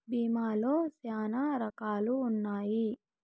భీమా లో శ్యానా రకాలు ఉన్నాయి